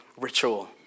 ritual